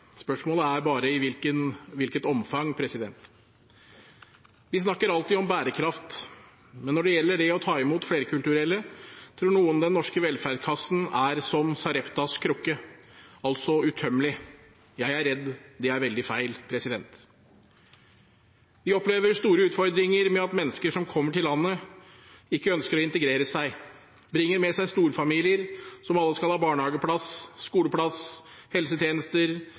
gjelder det å ta imot flerkulturelle, tror noen den norske velferdskassen er som Sareptas krukke – altså utømmelig. Jeg er redd det er veldig feil. Vi opplever store utfordringer med at mennesker som kommer til landet, ikke ønsker å integrere seg. De bringer med seg storfamilier som alle skal ha barnehageplass, skoleplass, helsetjenester,